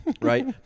Right